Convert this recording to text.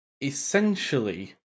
essentially